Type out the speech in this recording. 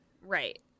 Right